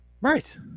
right